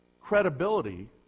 credibility